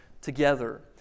together